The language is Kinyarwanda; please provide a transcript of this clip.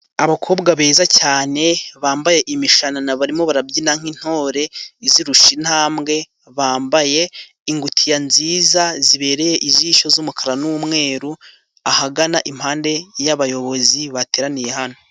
Abakobwa beza cyane bambaye imishanana, barimo barabyina nk'intore izirusha intambwe, bambaye ingutiya nziza zibereye ijisho z'umukara n'umweru, ahagana impande y'abayobozi bateraniye hano.